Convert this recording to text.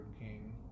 King